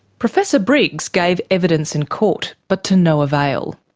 professor briggs gave evidence in court, but to no avail.